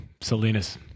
Salinas